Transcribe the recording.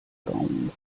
frowned